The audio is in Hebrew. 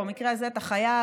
ובמקרה הזה את החייל,